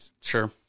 Sure